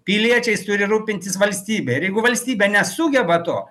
piliečiais turi rūpintis valstybė ir jeigu valstybė nesugeba to